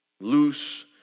loose